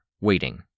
waiting